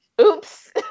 oops